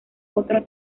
otro